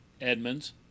Edmonds